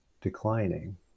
declining